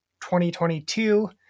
2022